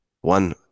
One